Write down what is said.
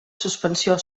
suspensió